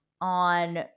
on